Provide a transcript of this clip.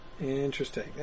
Interesting